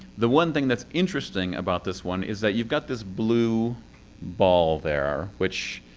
the one thing that's interesting about this one is that you've got this blue ball there. which,